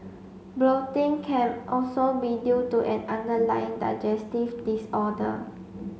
bloating can also be due to an underlying digestive disorder